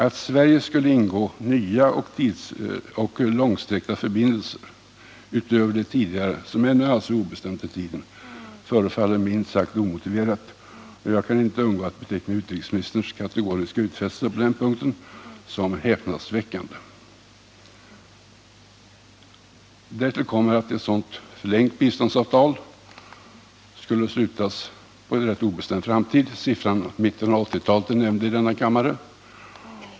Att Sverige skulle ingå nya och långsträckta förbindelser utöver de tidigare, som ännu alltså är obestämda i tiden, förefaller minst sagt omotiverat, och jag kan inte undgå att beteckna utrikesministerns kategoriska utfästelse på den punkten som häpnadsväckande. Därtill kommer att ett sådant förlängt biståndsavtal skulle slutas på rätt obestämd tid; mitten av 1980-talet har nämnts i denna kammare.